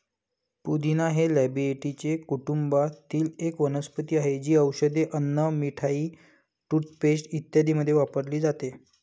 पुदिना हे लॅबिएटी कुटुंबातील एक वनस्पती आहे, जी औषधे, अन्न, मिठाई, टूथपेस्ट इत्यादींमध्ये वापरली जाते